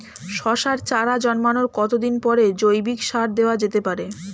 শশার চারা জন্মানোর কতদিন পরে জৈবিক সার দেওয়া যেতে পারে?